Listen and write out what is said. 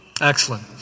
Excellent